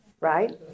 right